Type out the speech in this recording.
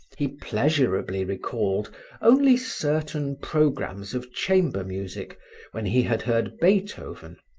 he pleasurably recalled only certain programs of chamber music when he had heard beethoven,